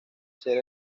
ser